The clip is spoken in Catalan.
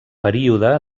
període